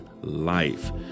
life